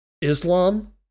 Islam